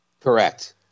Correct